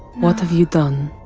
what have you done?